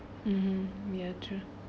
mmhmm ya true